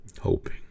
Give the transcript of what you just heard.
hoping